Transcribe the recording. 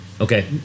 Okay